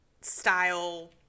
style